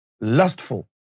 lustful